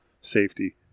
safety